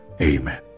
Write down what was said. Amen